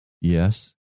Yes